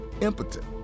impotent